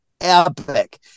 epic